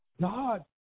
God